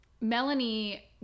Melanie